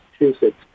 Massachusetts